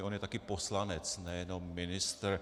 On je taky poslanec, ne jenom ministr.